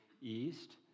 East